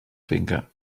finca